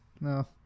No